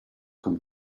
come